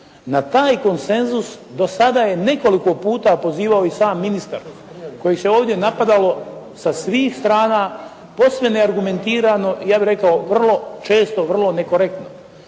Na taj konsenzus do sada je nekoliko puta pozivao i sam ministar kojeg se ovdje napadalo sa svih strana, posve neargumentirano i ja bih rekao vrlo često vrlo nekorektno.